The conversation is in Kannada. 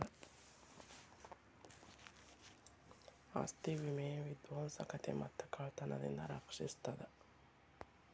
ಆಸ್ತಿ ವಿಮೆ ವಿಧ್ವಂಸಕತೆ ಮತ್ತ ಕಳ್ತನದಿಂದ ರಕ್ಷಿಸ್ತದ